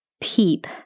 PEEP